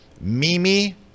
Mimi